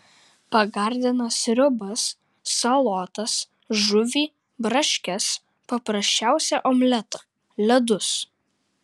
pagardina sriubas salotas žuvį braškes paprasčiausią omletą ledus